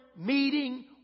meeting